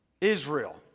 Israel